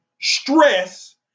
stress